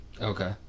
okay